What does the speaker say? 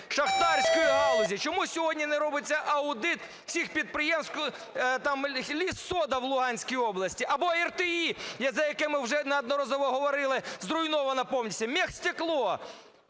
шахтарської галузі? Чому сьогодні не робиться аудит всіх підприємств, там "Лиссода" в Луганській області? Або "РТІ", за яке ми вже неодноразово говорили, зруйновано повністю. "Мехстекло".